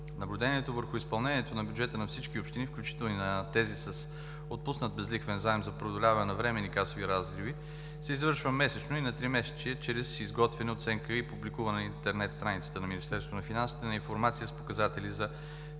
Наблюдението върху изпълнението на бюджета на всички общини, включително и на тези с отпуснат безлихвен заем за преодоляване на временни касови разриви, се извършва месечно и на тримесечие чрез изготвяне на оценка и публикуване на интернет страницата на Министерството на финансите на информация с показатели за финансовото